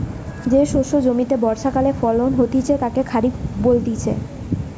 যে শস্য জমিতে বর্ষাকালে ফলন হতিছে তাকে খরিফ বলতিছে